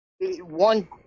one